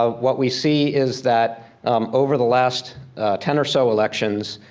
ah what we see is that over the last ten or so elections,